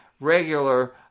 regular